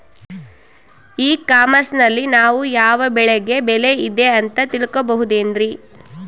E commerce ನಲ್ಲಿ ನಾವು ಯಾವ ಬೆಳೆಗೆ ಬೆಲೆ ಇದೆ ಅಂತ ತಿಳ್ಕೋ ಬಹುದೇನ್ರಿ?